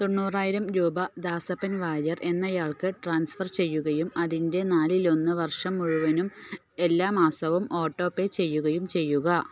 തൊണ്ണൂറായിരം രൂപ ദാസപ്പൻ വാര്യർ എന്നയാൾക്ക് ട്രാൻസ്ഫർ ചെയ്യുകയും അതിൻ്റെ നാലിലൊന്ന് വർഷം മുഴുവനും എല്ലാ മാസവും ഓട്ടോപേ ചെയ്യുകയും ചെയ്യുക